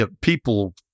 People